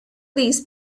these